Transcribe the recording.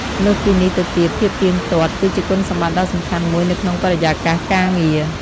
លើសពីនេះទៅទៀតភាពទៀងទាត់ គឺជាគុណសម្បត្តិដ៏សំខាន់មួយនៅក្នុងបរិយាកាសការងារ។